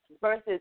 versus